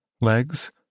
Legs